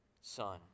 Son